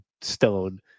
stone